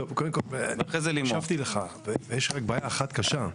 קודם כל, הקשבתי לך, ויש רק בעיה אחת קשה.